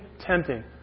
tempting